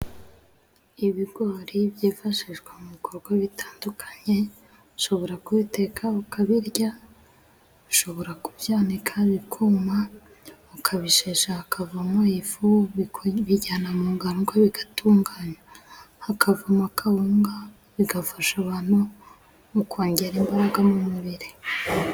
Ibigori byifashishwa mu bikorwa bitandukanye ushobora kubiteka ukabirya, ushobora kubyanika bikuma ukabishesha hakavamo ifu, bijyanwa mu nganda bigatunganywa hakavamo kawunga ,bigafasha abantu mu kongera imbaraga mu mubiri.